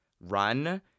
run